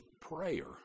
prayer